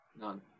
None